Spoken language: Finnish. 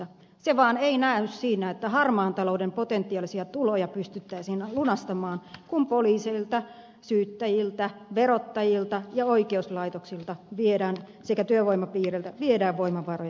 se vaan ei näy siinä että harmaan talouden potentiaalisia tuloja pystyttäisiin lunastamaan kun poliiseilta syyttäjiltä verottajilta ja oikeuslaitoksilta sekä työvoimapiireiltä viedään voimavaroja